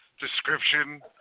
description